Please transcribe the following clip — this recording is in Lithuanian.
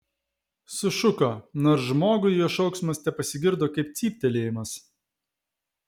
sušuko nors žmogui jo šauksmas tepasigirdo kaip cyptelėjimas